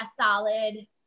solid